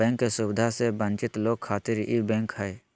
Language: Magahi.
बैंक के सुविधा से वंचित लोग खातिर ई बैंक हय